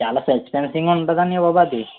చాలా సస్పెన్స్గా ఉంటుంది అన్నయ్య బాబు అది